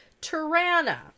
Tirana